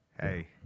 Hey